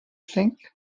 think